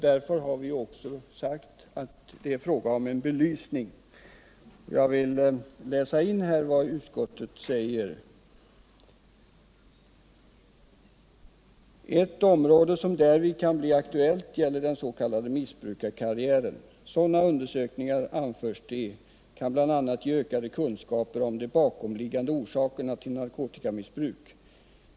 Därför har vi också sagt att det är fråga om en belysning. Jag vill läsa in till protokollet vad utskottet anför: ”Ett område som därvid kan bli aktuellt gäller den s.k. missbrukarkarriären. Sådana undersökningar, anförs det, kan bl.a. ge ökade kunskaper om de bakomliggande orsakerna till narkotikamissbruk.